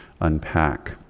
unpack